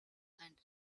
and